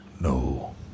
No